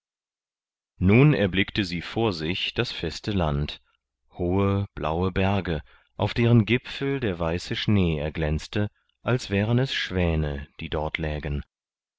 nun erblickte sie vor sich das feste land hohe blaue berge auf deren gipfel der weiße schnee erglänzte als wären es schwäne die dort lägen